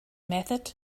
method